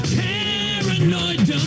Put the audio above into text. paranoid